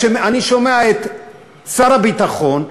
כשאני שומע את שר הביטחון,